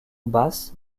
basse